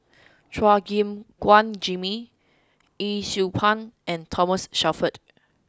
Chua Gim Guan Jimmy Yee Siew Pun and Thomas Shelford